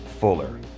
fuller